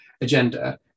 agenda